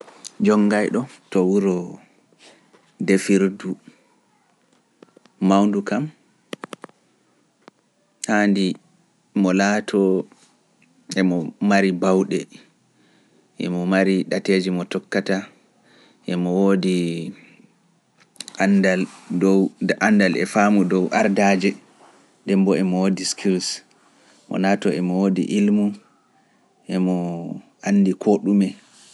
jongaayɗo to wuro ndefirdu mawndu kam haandi mo laato emo mari bawɗe emo mari ɗateeji mo tokkata emo woodi anndal dow faamu dow ardaaje ndemboo emo woodi skills mo naato emo woodi ilmu emo anndi koo ɗume